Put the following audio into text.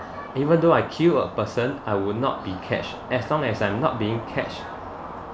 even though I killed a person I will not be catch as long as I'm not being catch